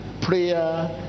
prayer